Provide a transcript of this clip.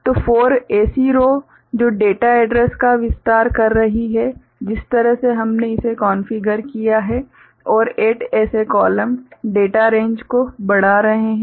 तो 4 ऐसी रो जो डेटा एड्रैस का विस्तार कर रही हैं जिस तरह से हमने इसे कॉन्फ़िगर किया है और 8 ऐसे कॉलम डेटा रेंज को बढ़ा रहे हैं